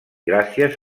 gràcies